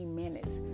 minutes